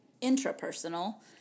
intra-personal